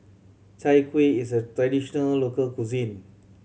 Chai Kueh is a traditional local cuisine